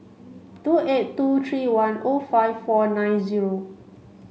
two eight two three one O five four nine zero